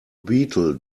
beetle